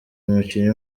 umukinnyi